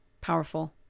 powerful